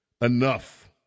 enough